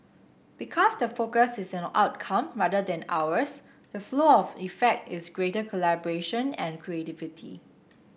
because the focus is on outcome rather than hours the flow on effect is greater collaboration and creativity